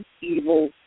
evil